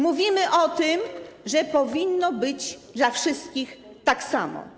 Mówimy o tym, że powinno być dla wszystkich tak samo.